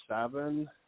seven